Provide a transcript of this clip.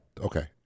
Okay